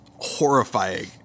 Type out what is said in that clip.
horrifying